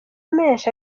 menshi